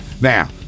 Now